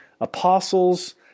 apostles